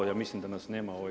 Ja mislim da nas nema